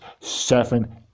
seven